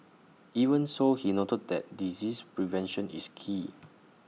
even so he noted that disease prevention is key